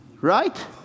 right